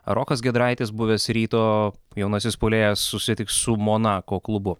rokas giedraitis buvęs ryto jaunasis puolėjas susitiks su monako klubu